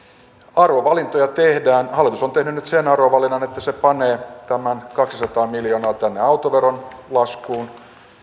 arvovalintoja tehdään hallitus on tehnyt nyt sen arvovalinnan että se panee tämän kaksisataa miljoonaa tänne autoveron laskuun